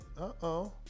Uh-oh